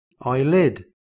eyelid